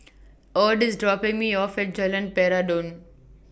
Ed IS dropping Me off At Jalan Peradun